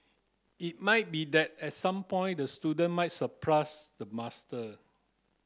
it might be that at some point the student might surpass the master